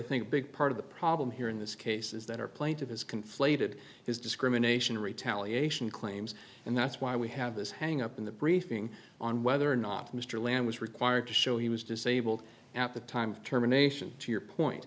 think a big part of the problem here in this case is that our plaintive is conflated is discrimination retaliation claims and that's why we have this hang up in the briefing on whether or not mr land was required to show he was disabled at the time of terminations to your point